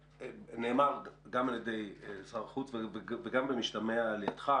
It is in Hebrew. אחד, נאמר גם על ידי שר החוץ וגם במשתמע על ידך,